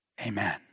amen